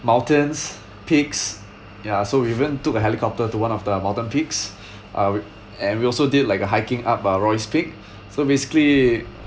mountains peaks ya so we even took a helicopter to one of the mountain peaks uh w~and we also did like a hiking up uh royce peak so basically